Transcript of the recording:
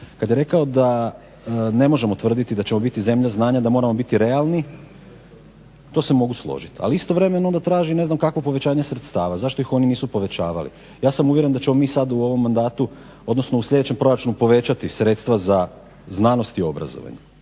Kad je rekao da ne možemo tvrditi da ćemo biti zemlja znanja, da moramo biti realni to se mogu složiti. Ali istovremeno onda traži ne znam kakvo povećanje sredstava. Zašto ih oni nisu povećavali? Ja sam uvjeren da ćemo mi sad u ovom mandatu, odnosno u sljedećem proračunu povećati sredstva za znanost i obrazovanje.